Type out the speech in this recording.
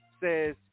Says